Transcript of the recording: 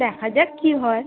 দেখা যাক কী হয়